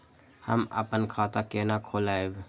हम अपन खाता केना खोलैब?